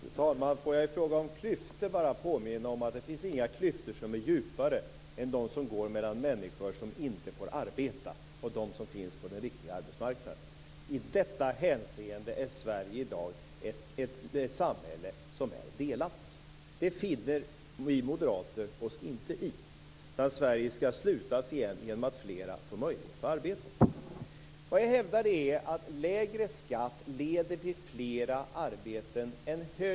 Fru talman! Får jag i fråga om klyftor bara påminna om att det inte finns några klyftor som är djupare än dem som går mellan människor som inte får arbeta och de som finns på den riktiga arbetsmarknaden. I detta hänseende är Sverige i dag ett delat samhälle. Det finner vi moderater oss inte i. Sverige skall slutas igen genom att fler får möjlighet att arbeta. Vad jag hävdar är att lägre skatt leder till fler arbeten än högre skatt.